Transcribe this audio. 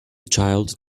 child